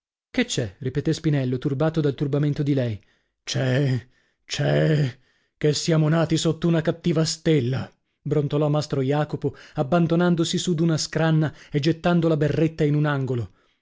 che c'è ripetè spinello turbato dal turbamento di lei c'è c'è che siamo nati sotto una cattiva stella brontolò mastro jacopo abbandonandosi su d'una scranna e gettando la berretta in un angolo